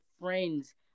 friends